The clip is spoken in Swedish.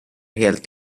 helt